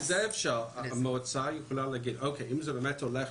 מזה המועצה יכולה להגיד שאם זה באמת הולך